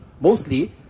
mostly